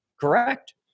correct